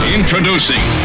Introducing